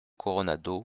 coronado